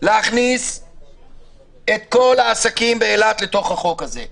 להכניס את כל העסקים באילת לחוק הזה.